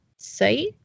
site